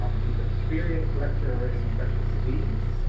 um she is an experienced lecturer in infectious disease,